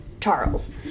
Charles